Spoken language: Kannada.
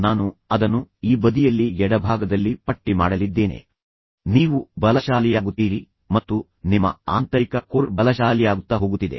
ಆಕೆಯನ್ನು ನಿಮ್ಮೊಂದಿಗೆ ಕರೆದೊಯ್ಯುವಂತೆ ಕಿಶೋರ್ ಅವರನ್ನು ಮನವೊಲಿಸಿ ನಂತರ ನೀವು ಅಲ್ಲಿಗೆ ಹೋಗಿ